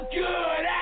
good